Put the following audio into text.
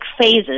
phases